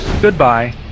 Goodbye